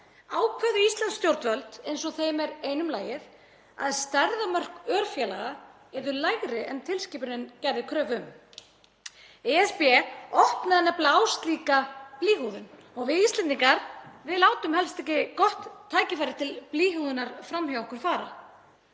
ákváðu íslensk stjórnvöld eins og þeim er einum lagið að stærðarmörk örfélaga yrðu lægri en tilskipunin gerði kröfu um. ESB opnaði nefnilega á slíka blýhúðun og við Íslendingar látum helst ekki gott tækifæri til blýhúðunar fram hjá okkur fara.